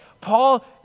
Paul